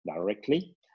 directly